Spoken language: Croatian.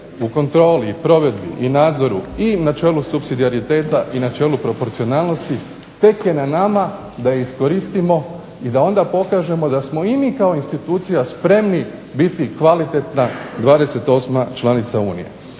u kontroli i provedbi i nadzoru i načelu supsidijariteta i načelu proporcionalnosti tek je na nama da iskoristimo i da onda pokažemo da smo i mi kao institucija spremni biti kvalitetna 28 članica Unije.